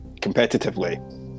competitively